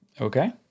Okay